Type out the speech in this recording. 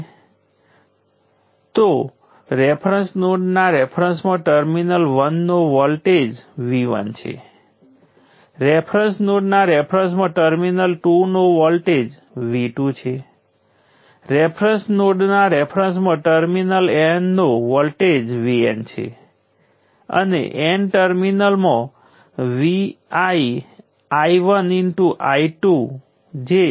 I સ્ક્વેરના સમયના derivative સમયના રેફરન્સમાં આ એક ઇન્ટિગ્રલ છે તેથી દેખીતી રીતે તે પોતે જ ફંક્શન છે જે 0 થી t1 સુધી I નો વર્ગ છે જેમ જેમ સમય 0 થી t1 સુધી જાય છે તેમ ઇન્ડક્ટર કરંટ 0 થી ચોક્કસ મૂલ્ય IL સુધી જાય છે તેથી આ સંખ્યા કંઈ નથી પરંતુ 12LIL2છે